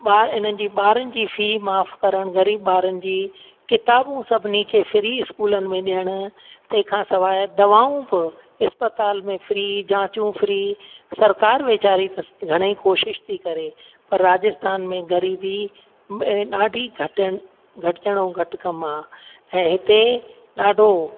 ॿार इन्हनि जी ॿारनि जी फी माफ़ु करणु ग़रीब ॿारनि जी किताबूं सभिनी खे फ्री स्कूलनि में ॾियणु तंहिं खां सवाइ दवाऊं बि इस्पतालि में फ्री जाचूं फ्री सरकार वेचारी त घणई कोशिश थी करे राजस्थान में ग़रीबी ॾाढी घटनि घटिजणु ऐं घटि कमु आहे ऐं हिते ॾाढो